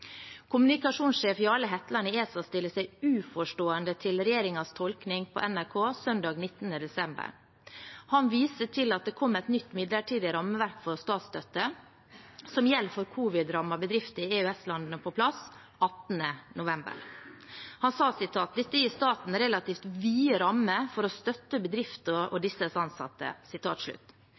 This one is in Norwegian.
Kommunikasjonssjef Jarle Hetland i ESA stiller seg overfor NTB uforstående til regjeringens tolkning søndag 19. desember. Han viser til at det 18. november kom på plass et nytt midlertidig rammeverk for statsstøtte som gjelder for covid-rammede bedrifter i EØS-landene. Han sa: «Dette gir statene relativt vide rammer for å støtte bedrifter og disses ansatte»